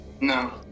No